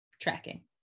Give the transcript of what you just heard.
tracking